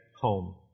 home